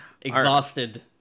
exhausted